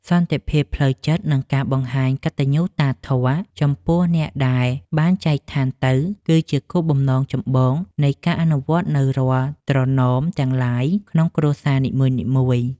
សន្តិភាពផ្លូវចិត្ត និងការបង្ហាញកតញ្ញូតាធម៌ចំពោះអ្នកដែលបានចែកឋានទៅគឺជាគោលបំណងចម្បងនៃការអនុវត្តនូវរាល់ត្រណមទាំងឡាយក្នុងគ្រួសារនីមួយៗ។